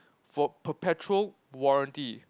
for perpetual warranty